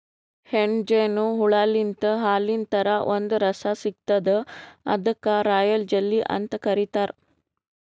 ಹೆಣ್ಣ್ ಜೇನು ಹುಳಾಲಿಂತ್ ಹಾಲಿನ್ ಥರಾ ಒಂದ್ ರಸ ಸಿಗ್ತದ್ ಅದಕ್ಕ್ ರಾಯಲ್ ಜೆಲ್ಲಿ ಅಂತ್ ಕರಿತಾರ್